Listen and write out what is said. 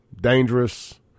Dangerous